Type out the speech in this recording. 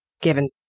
given